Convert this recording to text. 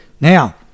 Now